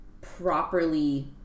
properly